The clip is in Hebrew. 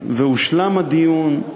והושלם הדיון,